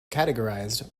categorized